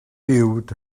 uwd